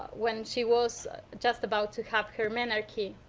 when she was just about to have her menarche.